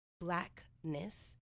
blackness